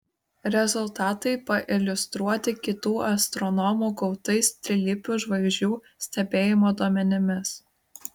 rezultatai pailiustruoti kitų astronomų gautais trilypių žvaigždžių stebėjimo duomenimis